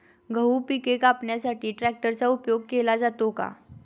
गहू पिके कापण्यासाठी ट्रॅक्टरचा उपयोग केला जातो का?